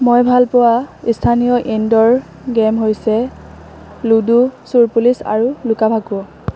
মই ভালপোৱা স্থানীয় ইন'দৰ গেম হৈছে লুডু চোৰ পুলিচ আৰু লুকা ভাকু